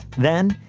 then,